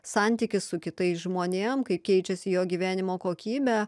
santykis su kitais žmonėm kaip keičiasi jo gyvenimo kokybė